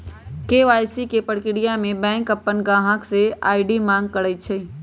KYC के परक्रिया में बैंक अपन गाहक से आई.डी मांग करई छई